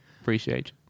appreciate